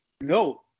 no